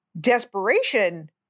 desperation